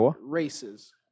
races